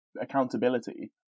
accountability